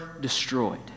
destroyed